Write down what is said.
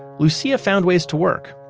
lucia found ways to work.